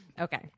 okay